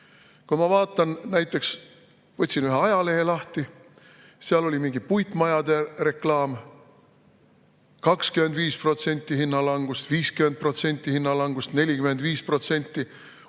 ma vaatan, näiteks võtsin ühe ajalehe lahti. Seal oli mingi puitmajade reklaam: 25% hinnalangust, 50% hinnalangust, 45%.